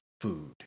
food